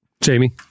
Jamie